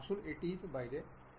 আসুন এটি এইবার ব্যবহার করবেন